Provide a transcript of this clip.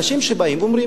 אנשים שבאים ואומרים,